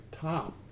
top